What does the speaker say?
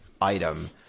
item